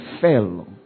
fell